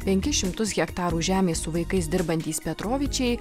penkis šimtus hektarų žemės su vaikais dirbantys petrovičiai